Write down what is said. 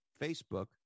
Facebook